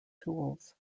tools